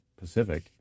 pacific